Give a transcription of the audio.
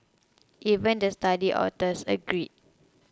even the study authors agreed